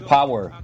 Power